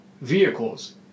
vehicles